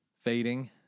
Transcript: fading